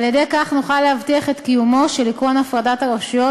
על-ידי כך נוכל להבטיח את קיומו של עקרון הפרדת הרשויות